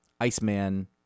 Iceman